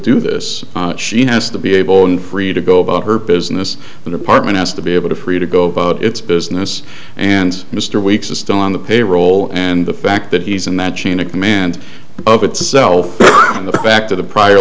do this she has to be able and free to go about her business the department has to be able to free to go about its business and mr weeks is still on the payroll and the fact that he's in that chain of command up itself on the back to the prior